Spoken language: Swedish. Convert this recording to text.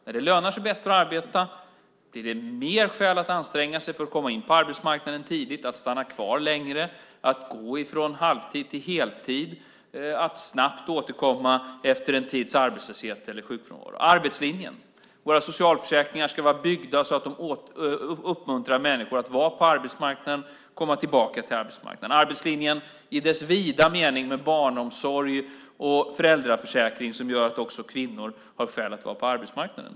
När det lönar sig bättre att arbeta blir det mer skäl att anstränga sig för att komma in på arbetsmarknaden tidigt, att stanna kvar längre, att gå från halvtid till heltid och att snabbt återkomma efter en tids arbetslöshet eller sjukfrånvaro. Det handlar om arbetslinjen. Våra socialförsäkringar ska vara byggda så att de uppmuntrar människor att vara på arbetsmarknaden och komma tillbaka till arbetsmarknaden. Arbetslinjen i dess vida mening med barnomsorg och föräldraförsäkring gör att också kvinnor har skäl att vara på arbetsmarknaden.